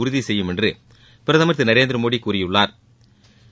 உறுதி செய்யும் என்று பிரதமா் திரு நரேந்திரமோடி கூறியுள்ளாா்